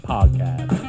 Podcast